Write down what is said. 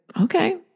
okay